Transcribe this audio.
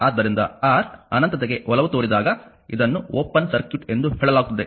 ಆದ್ದರಿಂದ R ಅನಂತತೆಗೆ ಒಲವು ತೋರಿದಾಗ ಇದನ್ನು ಓಪನ್ ಸರ್ಕ್ಯೂಟ್ ಎಂದು ಹೇಳಲಾಗುತ್ತದೆ ಸರಿ